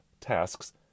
tasks